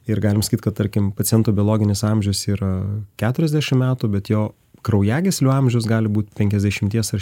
ir galim sakyti kad tarkim paciento biologinis amžius yra keturiasdešimt metų bet jo kraujagyslių amžius gali būt penkiasdešimties ar